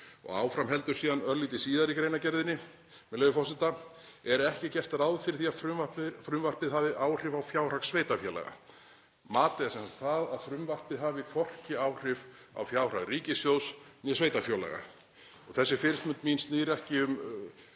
Og áfram heldur örlítið síðar í greinargerðinni, með leyfi forseta: „Er ekki gert ráð fyrir því að frumvarpið hafi áhrif á fjárhag sveitarfélaga …“ Matið er sem sagt það að frumvarpið hafi hvorki áhrif á fjárhag ríkissjóðs né sveitarfélaga. Þessi fyrirspurn mín snýst ekki um